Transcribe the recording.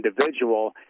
individual